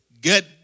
Get